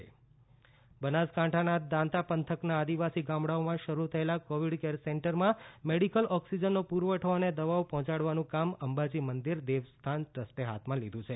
અંબાજી મંદિરની ઓક્સિજન સેવા બનાસકાંઠાના દાંતા પંથકના આદિવાસી ગામડાઓમાં શરૂ થયેલા કોવિડ કેર સેન્ટરમાં મેડિકલ ઓક્સીજનનો પુરવઠો અને દવાઓ પહોંચાડવાનું કામ અંબાજી મંદિર દેવસ્થાન ટ્રસ્ટે હાથમાં લીધુ છે